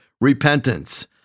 repentance